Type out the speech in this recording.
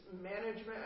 management